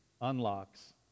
unlocks